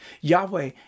Yahweh